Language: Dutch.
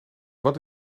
wat